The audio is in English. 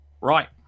Right